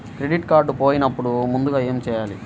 Credit card పోయినపుడు ముందుగా ఏమి చేయాలి?